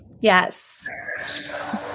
Yes